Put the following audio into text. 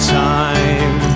time